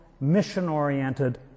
mission-oriented